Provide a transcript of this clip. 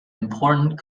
important